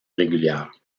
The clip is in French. régulière